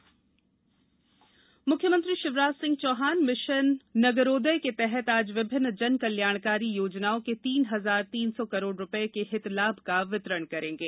mission Nagaroday मुख्यमंत्री Shivraj Singh Chouhan mission Nagaroday के तहत आज विभिन्न जन कल्याणकारी योजनाओँ के तीन हजार तीन सौ करोड़ रुपए के हितलाभ का वितरण करेंगे